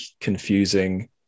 confusing